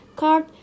card